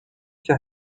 روکه